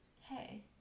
hey